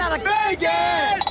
Vegas